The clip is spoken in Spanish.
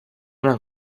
una